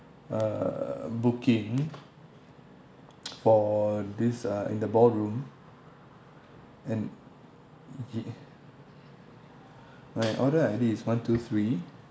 a booking for this uh in the ballroom and he my order I_D is one two three